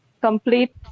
Complete